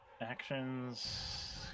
Actions